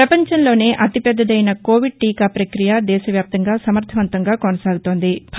ప్రపంచంలోనే అతిపెద్దదైన కోవిడ్ టీకా ప్రక్రియ దేశవ్యాప్తంగా సమర్గవంతంగా కొనసాగుతోంది